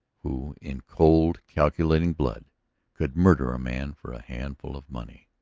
who, in cold, calculating blood could murder a man for a handful of money?